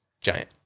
giant